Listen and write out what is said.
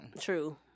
True